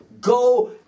Go